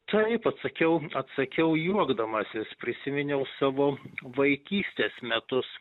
taip atsakiau atsakiau juokdamasis prisiminiau savo vaikystės metus